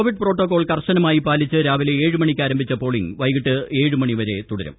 Covid protocol ക്ർശനമായി പാലിച്ച് രാവിലെ ഏഴ് മണിക്ക് ആരംഭിച്ച ്പോളിങ് വൈകിട്ട് ഏഴ് മണി വരെ തുടരും